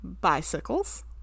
bicycles